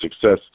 success